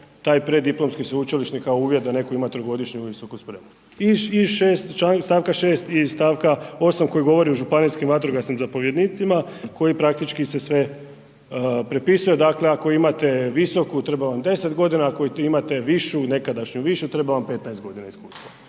taj preddiplomski sveučilišni kao uvjet da neko imat trogodišnju visoku spremu. Iz stavka 6. i stavka 8. koji govori o županijskim vatrogasnim zapovjednicima koji praktički se sve prepisuje. Dakle ako imate visoku treba vam 10 godina, ako imate višu nekadašnju višu treba vam 15 godina iskustva,